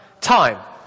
time